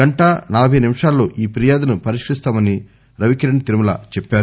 గంటా నలబై నిమిషాల్లో ఈ ఫిర్యాదులను పరిష్కరిస్తామని రవికిరణ్ తిరుమల చెబుతూ